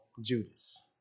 Judas